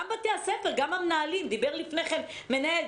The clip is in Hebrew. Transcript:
וגם בתי הספר וגם המנהלים דיבר לפני כן מנהל,